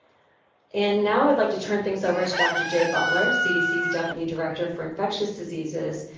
and now i'd like to turn things over to dr. jay butler, cdc's deputy director for infectious diseases.